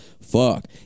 fuck